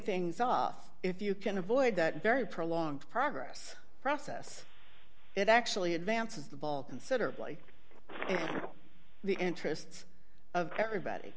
things off if you can avoid that very prolonged progress process it actually advances the ball considerably in the interests of everybody